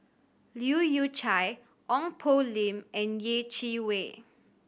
Leu Yew Chye Ong Poh Lim and Yeh Chi Wei